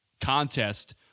contest